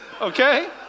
okay